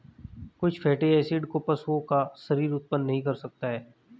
कुछ fatty acid को पशुओं का शरीर उत्पन्न नहीं कर सकता है